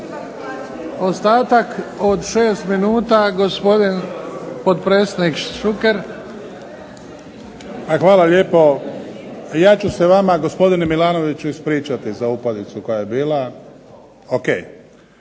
Ostatak od 6 minuta gospodin potpredsjednik Šuker. **Šuker, Ivan (HDZ)** Hvala lijepo. Ja ću se vama gospodine Milanoviću ispričati za upadicu koja je bila. Okej,